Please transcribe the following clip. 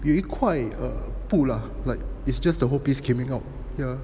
有一块布 lah just that the whole piece is coming out